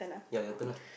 ya ya your turn ah